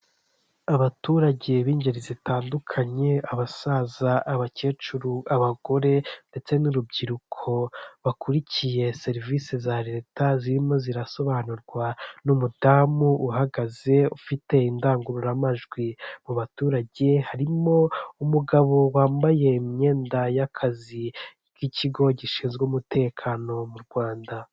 Abaturage b'ingeri zitandukanye, abasaza, abakecuru, abagore ndetse n'urubyiruko, bakurikiye serivise za leta zirimo zirasobanurwa n'umudamu uhagaze ufite indangururamajwi, mu baturage harimo umugabo wambaye imyenda y'akazi k'ikigo gishinzwe umutekano mu Rwanda.